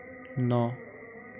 ন